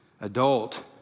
adult